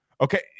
Okay